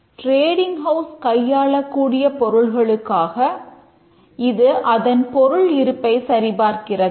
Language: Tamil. ட்ரெடிங் ஹவுஸ் கையாளக்கூடிய பொருட்களுக்காக இது அதன் பொருள் இருப்பை சரி பார்க்கிறது